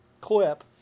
clip